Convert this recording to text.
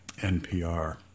NPR